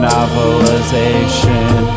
Novelization